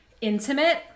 intimate